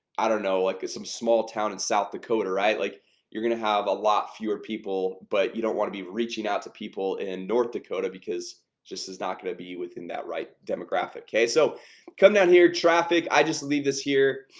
i don't know like it's some small town in south dakota right like you're gonna have a lot fewer people but you don't want to be reaching out to people in north dakota because this is not gonna be within that right demographic okay so come down here traffic. i just leave this here